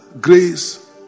grace